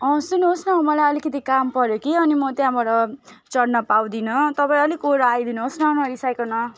अँ सुन्नुहोस् न मलाई अलिकति काम पऱ्यो कि अनि म त्यहाँबाट चढ्न पाउँदिन तपाईँ अलिक ओर आइदिनुहोस् न नरिसाइकन